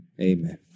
Amen